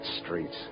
streets